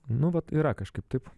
nu vat yra kažkaip taip